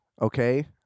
okay